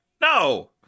No